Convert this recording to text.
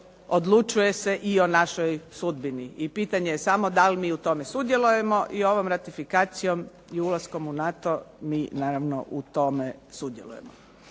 odlučuje se i o našoj sudbini. I pitanje je samo da li mi u tome sudjelujemo i ovom ratifikacijom i ulaskom u NATO mi naravno u tome sudjelujemo.